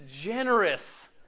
generous